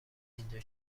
اینجا